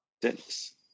Dennis